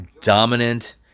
dominant